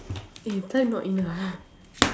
eh time not in ah